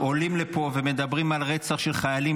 והיינו צריכים לסגור אותה לפני תשעה חודשים,